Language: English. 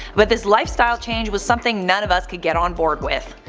but this lifestyle change was something none of us could get on board with.